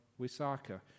Wisaka